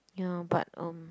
ya but um